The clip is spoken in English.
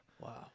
Wow